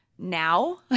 now